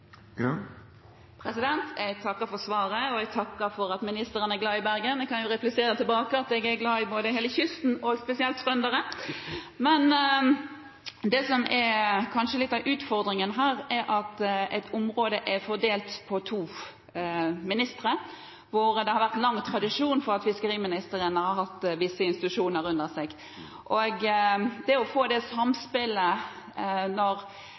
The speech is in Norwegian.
Jeg takker for svaret, og jeg takker for at ministeren er glad i Bergen. Jeg kan replisere tilbake at jeg er glad i både hele kysten og spesielt trøndere. Det som kanskje er litt av utfordringen her, er at ett område er fordelt på to ministre, hvor det har vært lang tradisjon for at fiskeriministeren har hatt visse institusjoner under seg. Det